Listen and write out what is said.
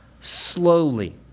slowly